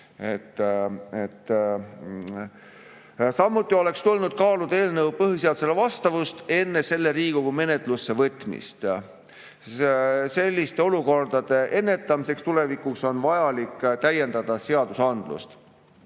Samuti oleks tulnud kaaluda eelnõu põhiseadusele vastavust enne selle Riigikogu menetlusse võtmist. Selliste olukordade ennetamiseks on tulevikus vaja täiendada seadusandlust.